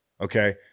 Okay